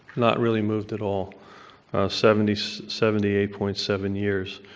not really moved at all seventy so seventy eight point seven years.